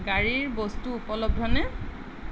গাড়ীৰ বস্তু উপলব্ধনে